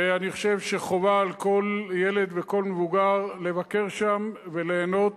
ואני חושב שחובה על כל ילד וכל מבוגר לבקר שם וליהנות